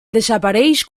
desapareix